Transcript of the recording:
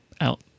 out